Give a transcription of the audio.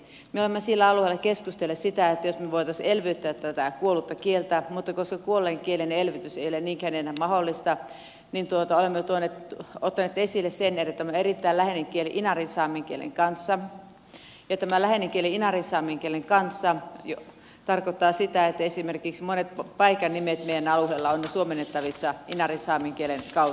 me olemme sillä alueella keskustelleet siitä jos me voisimme elvyttää tätä kuollutta kieltä mutta koska kuolleen kielen elvytys ei ole niinkään enää mahdollista niin olemme ottaneet esille sen että tämä on erittäin läheinen kieli inarinsaamen kielen kanssa ja tämä läheisyys inarinsaamen kielen kanssa tarkoittaa sitä että esimerkiksi monet paikan nimet meidän alueella ovat suomennettavissa inarinsaamen kielen kautta